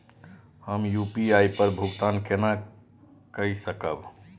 हम यू.पी.आई पर भुगतान केना कई सकब?